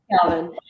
Calvin